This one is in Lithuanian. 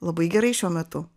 labai gerai šiuo metu